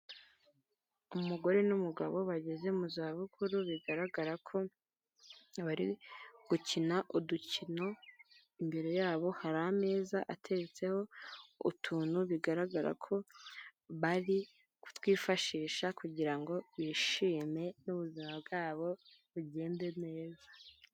Umugore n'umugabo bageze mu za bukuru bigaragara ko bari gukina udukino imbere yabo hari ameza ateretseho utuntu bigaragara ko bari kutwifashisha kugirango ngo bishime nubuzima bwabo bugende neza.